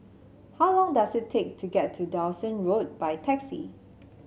how long does it take to get to Dawson Road by taxi